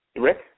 Rick